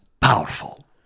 powerful